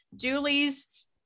Julie's